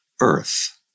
Earth